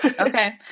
Okay